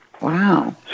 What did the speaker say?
Wow